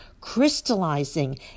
crystallizing